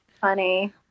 Funny